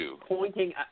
pointing